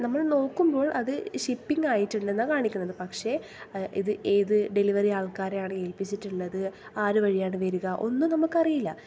നമ്മൾ നോക്കുമ്പോൾ അത് ഷിപ്പിങ്ങ് ആയിട്ടുണ്ടെന്നാണ് കാണിക്കുന്നത് പക്ഷേ ഇത് ഏത് ഡെലിവറി ആൾക്കാരെയാണ് ഏൽപ്പിച്ചിട്ടുള്ളത് ആര് വഴിയാണ് വരിക ഒന്നും നമുക്കറിയില്ല